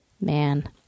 man